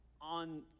on